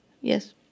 Yes